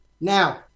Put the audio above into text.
Now